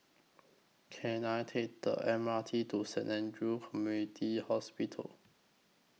Can I Take The M R T to Saint Andrew's Community Hospital